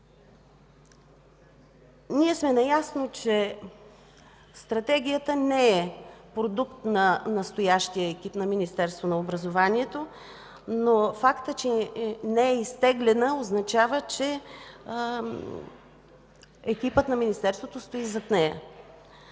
Ние сме наясно, че стратегията не е продукт на настоящия екип на Министерството на образованието, но фактът, че не е изтеглена, означава, че екипът на Министерството стои зад нея.